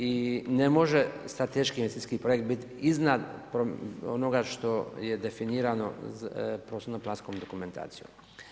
I ne može strateški investicijski projekt biti iznad onoga što je definirano poslovnom planskom dokumentacijom.